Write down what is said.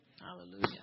Hallelujah